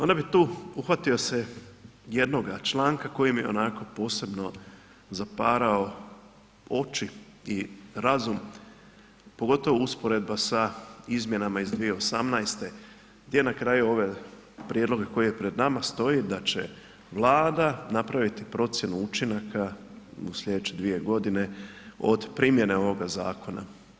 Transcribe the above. Onda bi tu uhvatio se jednoga članka koji mi onako posebno zaparao oči i razum, pogotovo usporedba sa izmjenama iz 2018. gdje na kraju ove prijedloge koji je pred nama stoji da će Vlada napraviti procjenu učinaka u slijedeće 2.g. od primjene ovoga zakona.